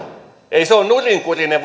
ei se järjestys ole nurinkurinen